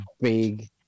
big